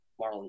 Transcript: Marlon